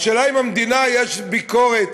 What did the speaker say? השאלה אם במדינה יש ביקורת,